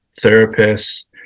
therapists